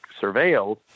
surveilled